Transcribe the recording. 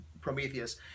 Prometheus